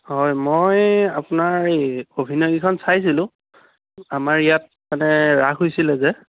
হয় মই আপোনাৰ এই অভিনয়কেইখন চাইছিলোঁ আমাৰ ইয়াত মানে ৰাস হৈছিলে যে